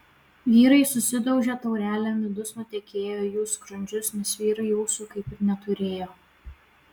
vyrai susidaužė taurelėm midus nutekėjo į jų skrandžius nes vyrai ūsų kaip ir neturėjo